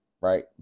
right